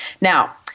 Now